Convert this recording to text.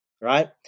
right